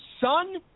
son